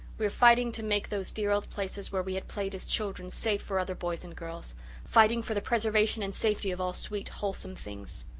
we are fighting to make those dear old places where we had played as children, safe for other boys and girls fighting for the preservation and safety of all sweet, wholesome things.